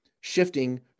shifting